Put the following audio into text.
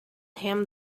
him